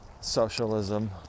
socialism